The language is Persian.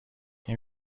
این